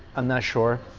i'm not sure